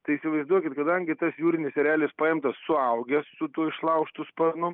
tai įsivaizduokit kadangi tas jūrinis erelis paimtas suaugęs su tuo išlaužtu sparnu